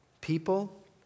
People